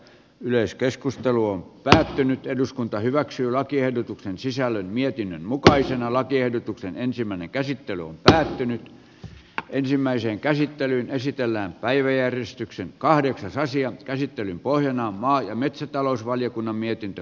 myös keskustelu on pysähtynyt eduskunta hyväksyi lakiehdotuksen sisällön mietinnön mukaisena lakiehdotuksen ensimmäinen käsittely on päättynyt ja ensimmäiseen käsittelyyn esitellään päiväjärjestyksen kahdeksas asian käsittelyn pohjana on maa ja metsätalousvaliokunnan mietintö